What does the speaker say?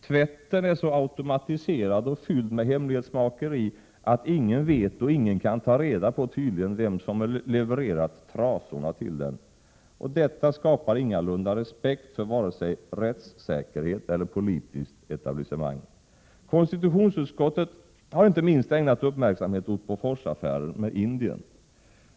Tvätten är så automatiserad och fylld med hemlighetsmakeri att ingen vet och ingen kan ta reda på vem som levererat trasorna till den. Detta skapar ingalunda respekt för vare sig rättssäkerhet eller politiskt etablissemang. Konstitutionsutskottet har inte minst ägnat uppmärksamhet åt Bofors affärer med Indien.